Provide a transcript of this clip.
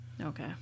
okay